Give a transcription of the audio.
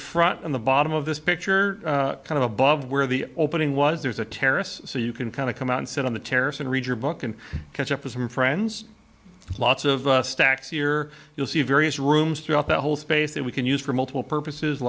front and the bottom of this picture kind of above where the opening was there's a terrace so you can kind of come out and sit on the terrace and read your book and catch up with some friends lots of stacks year you'll see various rooms throughout the whole space that we can use for multiple purposes